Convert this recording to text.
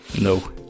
No